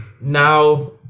Now